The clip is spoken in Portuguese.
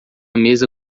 mesa